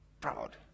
proud